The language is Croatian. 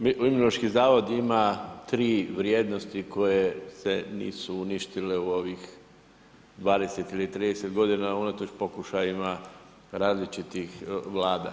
Imunološki zavod ima 3 vrijednosti koje se nisu uništile u ovih 20 ili 30 godina unatoč pokušajima različitih vlada.